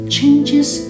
Changes